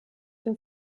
dem